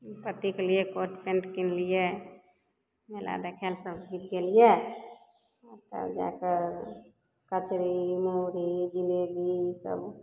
पतिके लिए coat pant किनलियै मेला देखैलए सब चीज गेलियै आ तब जा कऽ कचरी मुरही जिलेबी ईसब